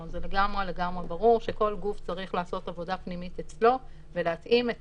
זה לגמרי ברור שכל גוף צריך לעשות עבודה פנימית אצלו להתאים את